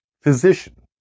Physician